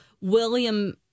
William